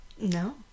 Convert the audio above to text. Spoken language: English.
No